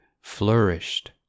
flourished